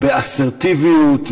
באסרטיביות,